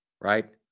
right